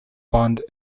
bond